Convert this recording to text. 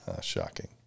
Shocking